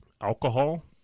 alcohol